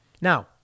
Now